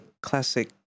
classic